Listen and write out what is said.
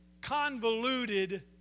convoluted